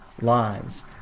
lives